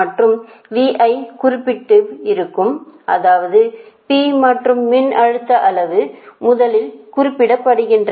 மற்றும் குறிப்பிட்டு இருக்கும் அதாவது P மற்றும் மின்னழுத்த அளவு முதலில் குறிப்பிடப்படுகின்றன